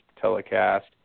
telecast